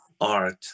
art